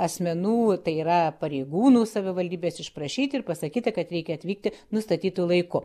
asmenų tai yra pareigūnų savivaldybės išprašyti ir pasakyta kad reikia atvykti nustatytu laiku